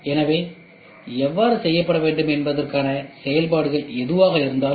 அவை எவ்வாறு செய்யப்பட வேண்டும் என்பதற்கான செயல்பாடுகள் எதுவாக இருந்தாலும்